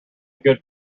good